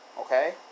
Okay